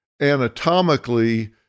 anatomically